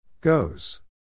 Goes